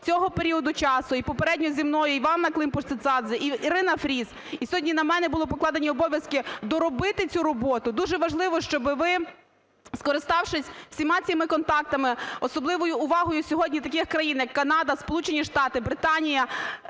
цього періоду часу, і попередньо зі мною Іванна Климпуш-Цинцадзе, і Ірина Фріз, і сьогодні на мене були покладені обов'язки доробити цю роботу. Дуже важливо, щоб ви скориставшись всіма цими контактами, особливою увагою сьогодні таких країн, як Канада, Сполучені Штати, Британія,